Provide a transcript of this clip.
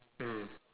mm